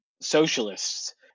socialists